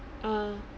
uh